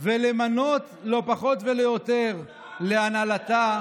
ולמנות להנהלתה,